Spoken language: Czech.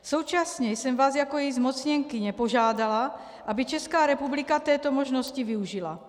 Současně jsem vás jako její zmocněnkyně požádala, aby Česká republika této možnosti využila.